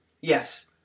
Yes